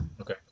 Okay